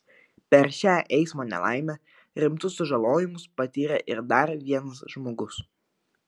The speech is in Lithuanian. per šią eismo nelaimę rimtus sužalojimus patyrė ir dar vienas žmogus